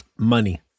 money